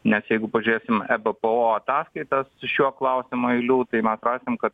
nes jeigu pažiūrėsim ebpo ataskaitas šiuo klausimu eilių tai mes rasim kad